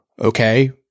okay